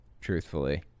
truthfully